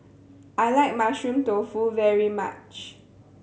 I like Mushroom Tofu very much